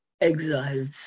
exiles